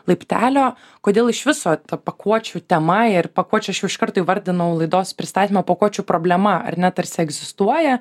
laiptelio kodėl iš viso ta pakuočių tema ir pakuočių aš jau iš karto įvardinau laidos pristatymo pakuočių problema ar ne tarsi egzistuoja